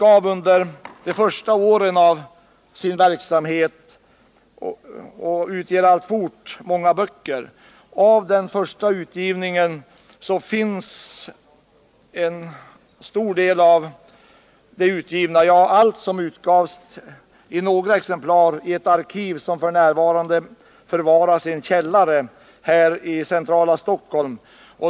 Av de första årens utgivning finns varje titel i några exemplar i ett arkiv som f.n. förvaras i en källare i centrala Stockholm.